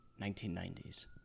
1990s